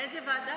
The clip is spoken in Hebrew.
לאיזו ועדה?